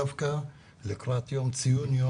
בוקר טוב לכולם.